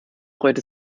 freut